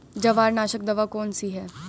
जवार नाशक दवा कौन सी है?